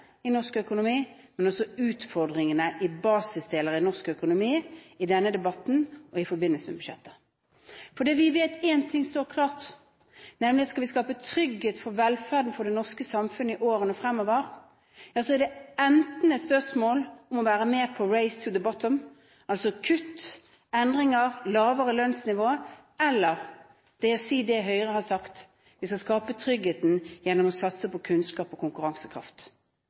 i norsk økonomi, men også om utfordringene i basisdeler i norsk økonomi. For vi vet at én ting står klart: Skal vi skape trygghet for velferden i det norske samfunnet i årene fremover, er det enten å være med på «race to the bottom», altså kutt, endringer, lavere lønnsnivå, eller å si det Høyre har sagt, nemlig at vi skal skape trygghet gjennom å satse på kunnskap og konkurransekraft.